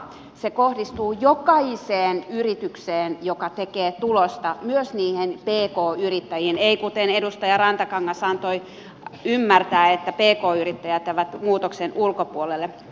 se kohdistuu jokaiseen yritykseen joka tekee tulosta myös niihin pk yrittäjiin ei kuten edustaja rantakangas antoi ymmärtää että pk yrittäjät jäävät muutoksen ulkopuolelle